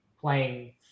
playing